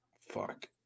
fuck